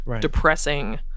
depressing